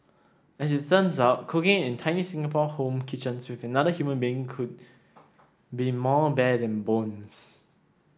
as it turns out cooking in tiny Singapore home kitchens with another human being could be more bane than boons